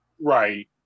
Right